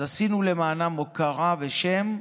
אז עשינו למענם הוקרה ושם,